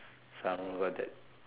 some room got that